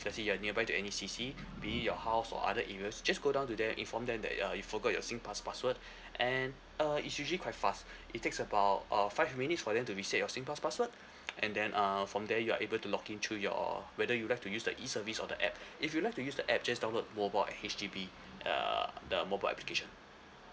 if let's say you're nearby to any C_C be it your house or other areas just go down to there inform them that uh you forgot your singpass password and uh it's usually quite fast it takes about uh five minutes for them to reset your singpass password and then uh from there you're able to login through your whether you'd like to use the E service or the app if you'd like to use the app just download mobile at H_D_B err the mobile application